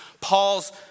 Paul's